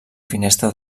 finestra